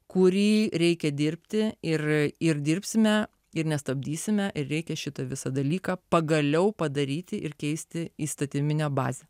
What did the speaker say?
kurį reikia dirbti ir ir dirbsime ir nestabdysime reikia šitą visą dalyką pagaliau padaryti ir keisti įstatyminę bazę